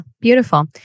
Beautiful